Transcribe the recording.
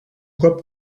cop